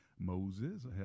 Moses